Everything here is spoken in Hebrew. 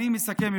אני מסכם.